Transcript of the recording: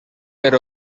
per